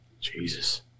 Jesus